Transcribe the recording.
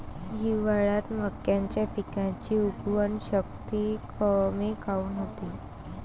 हिवाळ्यात मक्याच्या पिकाची उगवन शक्ती कमी काऊन होते?